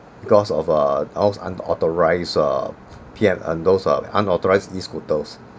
because of uh unauthorized uh pian~ and those uh unauthorized e scooters